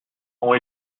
ont